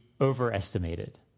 overestimated